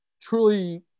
truly